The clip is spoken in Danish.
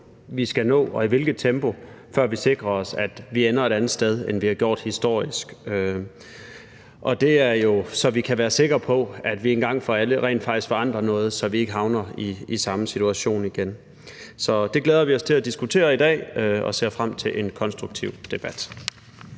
vi skal nå, og i hvilket tempo, for at vi sikrer os, at vi ender et andet sted, end vi har gjort historisk. Og det er jo, så vi kan være sikre på, at vi en gang for alle rent faktisk forandrer noget, så vi ikke havner i samme situation igen. Så det glæder vi os til at diskutere i dag, og vi ser frem til en konstruktiv debat.